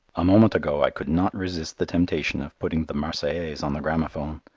a moment ago i could not resist the temptation of putting the marseillaise on the gramophone,